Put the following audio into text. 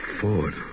Ford